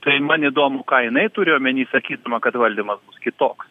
tai man įdomu ką jinai turi omeny sakydama kad valdymas kitoks